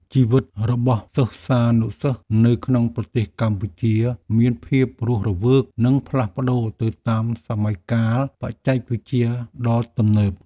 ជីវិតរបស់សិស្សានុសិស្សនៅក្នុងប្រទេសកម្ពុជាមានភាពរស់រវើកនិងផ្លាស់ប្តូរទៅតាមសម័យកាលបច្ចេកវិទ្យាដ៏ទំនើប។